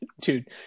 Dude